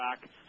back